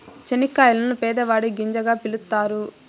చనిక్కాయలను పేదవాడి గింజగా పిలుత్తారు